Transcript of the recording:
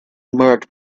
marked